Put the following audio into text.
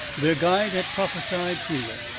their guide had prophesied truly.